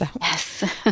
Yes